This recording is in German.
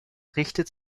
richtet